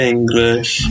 English